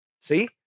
See